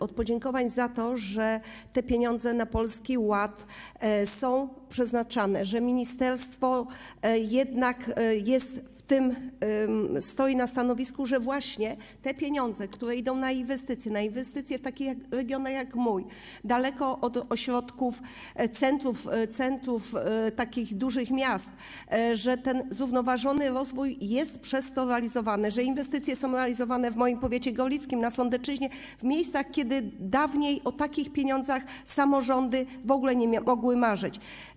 Od podziękowań za to, że te pieniądze na Polski Ład są przeznaczane, że ministerstwo jednak jest w tym, stoi na stanowisku, że te pieniądze idą na inwestycje, na inwestycje w takie regiony jak mój, daleko od ośrodków, centrów dużych miast, że ten zrównoważony rozwój jest przez to realizowany, że inwestycje są realizowane w moim powiecie gorlickim, na Sądecczyźnie, w miejscach, w których dawniej o takich pieniądzach samorządy w ogóle nie mogły marzyć.